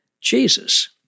Jesus